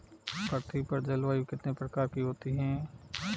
पृथ्वी पर जलवायु कितने प्रकार की होती है?